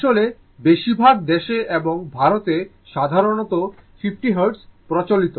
আসলে বেশিরভাগ দেশে এবং ভারতে সাধারণত 50 হার্টজ প্রচলিত